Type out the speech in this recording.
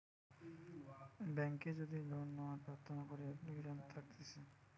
বেংকে যদি লোন লেওয়ার প্রার্থনা করে এপ্লিকেশন থাকতিছে